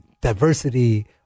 diversity